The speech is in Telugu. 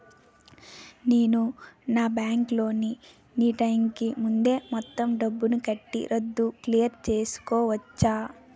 నేను నా బ్యాంక్ లోన్ నీ టైం కీ ముందే మొత్తం డబ్బుని కట్టి రద్దు క్లియర్ చేసుకోవచ్చా?